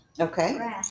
Okay